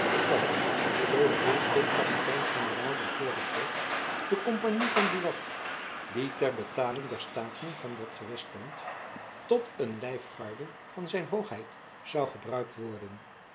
dat zoo de prins tot kapitein generaal bevorderd werd de kompagnie van buat die ter betaling der staten van dat gewest stond tot een lijfgarde van zijn hoogheid zoû gebruikt worden